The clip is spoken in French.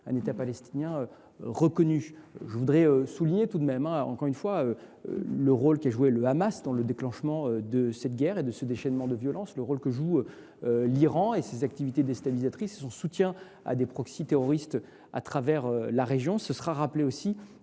d’un État palestinien reconnu. Je veux souligner encore une fois le rôle joué par le Hamas dans le déclenchement de cette guerre et de ce déchaînement de violence, et celui que joue l’Iran avec ses activités déstabilisatrices et son soutien à des proxys terroristes dans la région. Cela sera rappelé dans